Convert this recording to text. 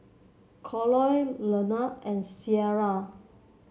Colie Leonore and Ciera